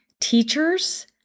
teachers